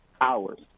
hours